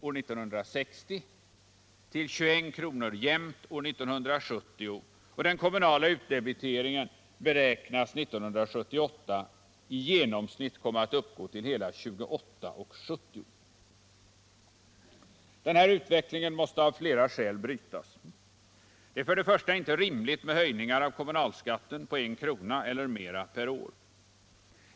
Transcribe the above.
år 1960 till 21:00 kr. år 1970. Den kommunala utdebiteringen beräknas 1978 i genomsnitt komma att uppgå till hela 28:70 kr. Den här utvecklingen måste av flera skäl brytas. Det är inte rimligt med höjningar av kommunalskatten på en krona eller mera per år.